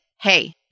hey